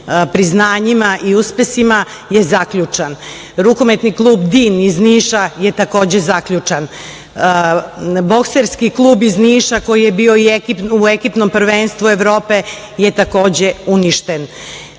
priznanjima i uspesima je zaključan. Rukometni klub „Dim“ iz Niša je takođe zaključan. Bokserski klub iz Niša koji je bio u ekipnom prvenstvu Evrope je takođe uništen.